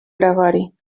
gregori